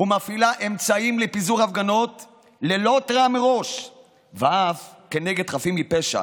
ומפעילה אמצעים לפיזור הפגנות ללא התראה מראש ואף כנגד חפים מפשע.